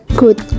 good